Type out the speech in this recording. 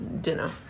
dinner